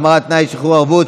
החמרת תנאי שחרור בערובה),